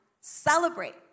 celebrate